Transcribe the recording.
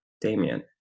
Damien